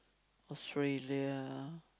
Australia